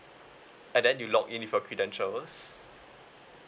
and then you login with your credentials